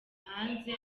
hanze